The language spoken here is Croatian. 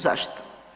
Zašto?